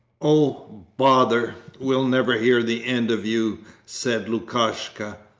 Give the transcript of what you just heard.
oh bother, we'll never hear the end of you said lukashka.